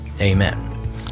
amen